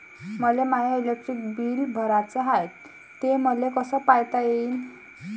मले my electric bill भराचं हाय, ते मले कस पायता येईन?